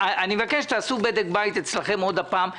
אני מבקש שתעשו אצלכם עוד פעם בדק בית.